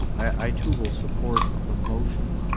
i, too, will support the motion.